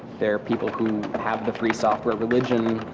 there are people who have the free software religion,